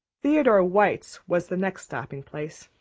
theodore white's was the next stopping place.